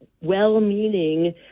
well-meaning